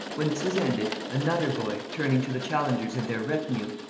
when this was ended, another boy, turning to the challengers and their retinue,